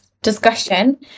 Discussion